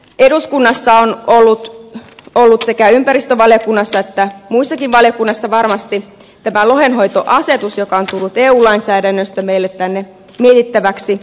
eduskunnassa on ollut sekä ympäristövaliokunnassa että muissakin valiokunnissa varmasti lohenhoitoasetus joka on tullut eu lainsäädännöstä meille tänne mietittäväksi